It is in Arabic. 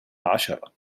عشرة